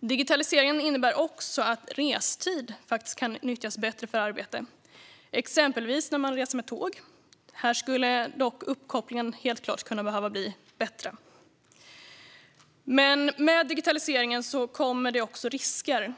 Digitaliseringen innebär också att restid kan nyttjas bättre för arbete, exempelvis när man reser med tåg. Här skulle dock uppkopplingen helt klart kunna behöva bli bättre. Men med digitaliseringen kommer det också risker.